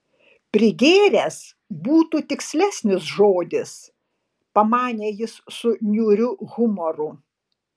prigėręs būtų tikslesnis žodis pamanė jis su niūriu humoru